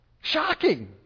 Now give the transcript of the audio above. Shocking